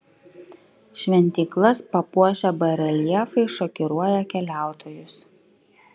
šventyklas papuošę bareljefai šokiruoja keliautojus